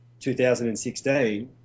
2016